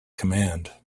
command